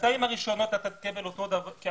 בשנתיים הראשונות תקבל את